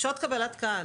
קבלת קהל.